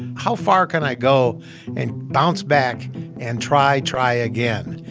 how far can i go and bounce back and try, try again?